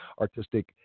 Artistic